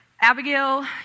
Abigail